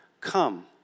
Come